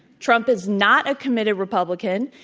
trump is not a committed republican,